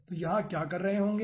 तो यहाँ क्या कर रहे होंगे